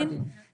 גזר הדין, כן.